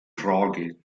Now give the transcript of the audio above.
frage